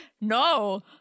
No